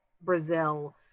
Brazil